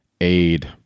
aid